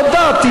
הודעתי